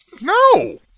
No